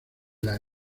las